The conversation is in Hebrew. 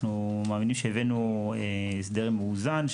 אנחנו מאמינים שהבאנו הסדר מאוזן,